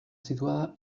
situada